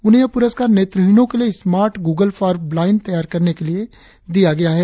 उन्हे यह पुरस्कार नेत्रहीनों के लिए स्मार्ट गूगल फॉर ब्लाईड तैयार करने के लिए दिया गया है